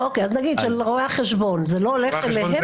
אז של רואי החשבון, זה לא הולך אליהם?